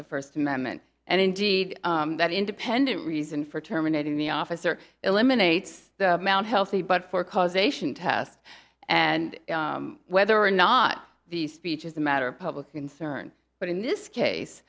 the first amendment and indeed that independent reason for terminating the officer eliminates the amount healthy but for causation test and whether or not the speech is a matter of public concern but in this case